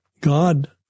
God